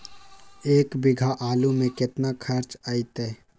एक बीघा आलू में केतना खर्चा अतै?